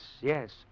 yes